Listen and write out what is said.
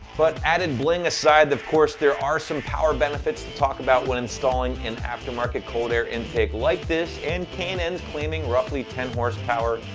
but added bling aside, of course, there are some power benefits to talk about when installing an aftermarket cold air intake like this and k and n's claiming roughly ten horse power,